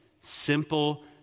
simple